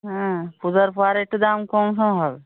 হ্যাঁ পূজার পরে একটু দাম কমসম হবে